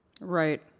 Right